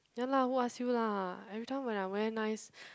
ya lah who ask you lah everytime when I wear nice